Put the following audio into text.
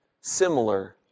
similar